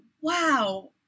wow